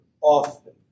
often